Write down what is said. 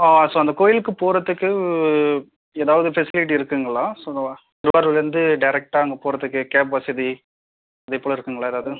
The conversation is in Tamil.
ஸோ அந்த கோயிலுக்கு போகிறதுக்கு ஏதாவது ஸ்பெசலிட்டி இருக்குதுங்களா ஸோ திருவாரூரில் இருந்து டேரக்ட்டாக அங்கே போகிறதுக்கு கேப் வசதி இதே போல் இருக்குதுங்களா ஏதாவது